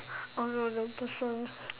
oh no no the person